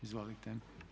Izvolite.